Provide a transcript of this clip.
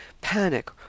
panic